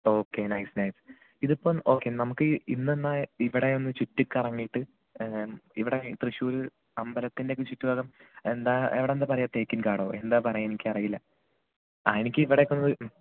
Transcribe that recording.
okay nice nice ഇതിപ്പോൾ okay നമുക്ക് ഇന്നെന്നാ ഇവിടെ ഒന്ന് ചുറ്റി കറങ്ങിയിട്ട് ഇവിടെ തൃശ്ശൂർ അമ്പലത്തിൻ്റെ ഒക്കെ ചുറ്റുഭാഗം എന്താ അവിടെന്താ പറയുക തേക്കിൻകാടോ ആ എന്താ പറയുക എനിക്ക് അറിയില്ല ആ എനിക്ക് ഇവിടെ ഒക്കെ ഒന്ന്